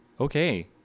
Okay